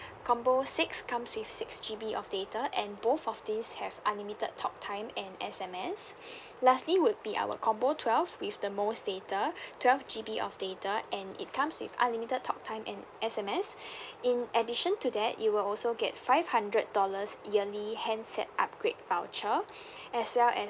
combo six comes with six G_B of data and both of these have unlimited talk time and S_M_S lastly would be our combo twelve with the most data twelve G_B of data and it comes with unlimited talk time and S_M_S in addition to that you will also get five hundred dollars yearly handset upgrade voucher as well as